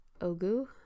ogu